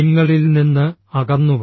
നിങ്ങളിൽനിന്ന് അകന്നു